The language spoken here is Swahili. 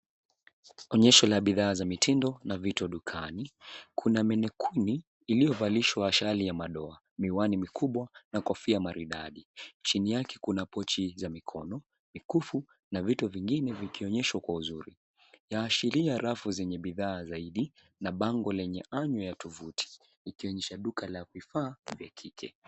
Onyesha la bidhaa za mitindo na vitu dukani. Kuna menikuni ilyovalishwa shati ya madoa, miwani mikubwa na kofia maridadi. Chini yake kuna pochi za mikono , mikufu na vitu vingine vikionyeshwa kwa uzuri. Yaashiria rafu zenye bidhaa zaidi na bango lenye amu ya tovuti likionyesha duka la bidhaa za kike.